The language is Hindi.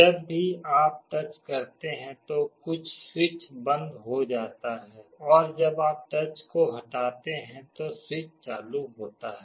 जब भी आप टच करते हैं तो कुछ स्विच बंद हो जाता है जब आप टच को हटाते हैं तो स्विच चालू होता है